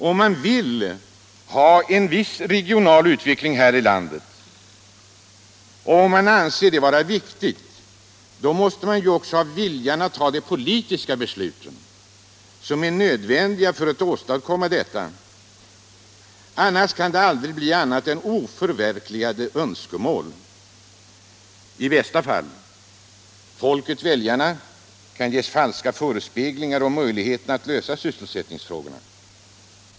Om man vill ha en viss regional utveckling här i landet, om man anser att det är viktigt, då måste man också ha viljan att fatta de politiska beslut som är nödvändiga för att åstadkomma detta. Annars kan det aldrig bli annat än oförverkligade önskemål — i bästa fall. Folket=väljarna kan ges falska förespeglingar om möjligheterna att lösa sysselsättningsfrågorna.